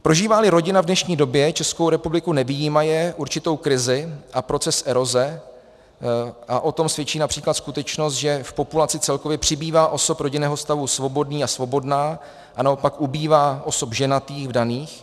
Prožíváli rodina v dnešní době, Českou republiku nevyjímaje, určitou krizi a proces eroze a o tom svědčí např. skutečnost, že v populaci celkově přibývá osob rodinného stavu svobodný a svobodná a naopak ubývá osob ženatých a vdaných;